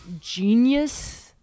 genius